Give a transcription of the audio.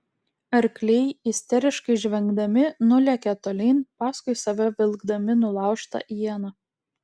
arkliai isteriškai žvengdami nulėkė tolyn paskui save vilkdami nulaužtą ieną